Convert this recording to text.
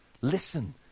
Listen